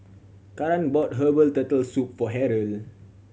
Karan bought herbal Turtle Soup for Harrold